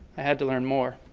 i had to learn more.